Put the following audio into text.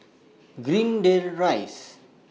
Greendale Rise